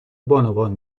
بانوان